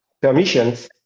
permissions